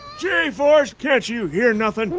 yeah g-force, can't you hear nothing?